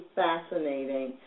fascinating